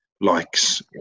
likes